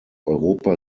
europa